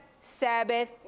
Sabbath